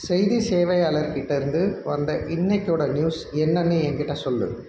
செய்தி சேவையாளர் கிட்டே இருந்து வந்த இன்னைக்கோட நியூஸ் என்னன்னு என்கிட்டே சொல்